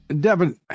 Devin